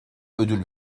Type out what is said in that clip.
ödül